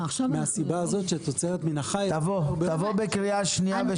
מפני שתוצרת מן החי --- תבוא בקריאה שנייה ושלישית.